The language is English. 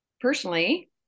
personally